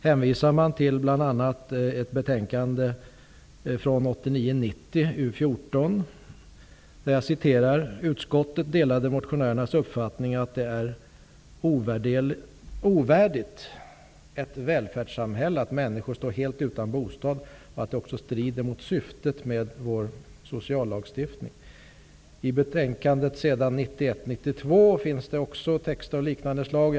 Man hänvisar till bl.a. ett betänkande från 1989 92 finns det också en text av liknande slag.